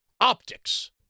optics